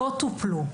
שלא טופלו.